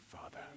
father